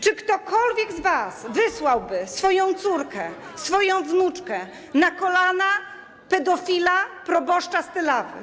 Czy ktokolwiek z was wysłałby swoją córkę, swoją wnuczkę na kolana pedofila, proboszcza z Tylawy?